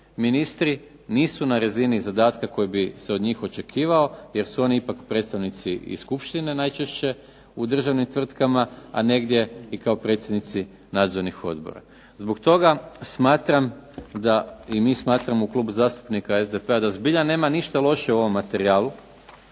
ministri nisu na razini zadatka koji bi se od njih očekivao, jer su oni ipak predstavnici i skupštine najčešće u državnim tvrtkama, a negdje i kao predsjednici nadzornih odbora. Zbog toga smatram da, i mi smatramo u Klubu zastupnika SDP-a da zbilja nema ništa loše u ovom materijalu,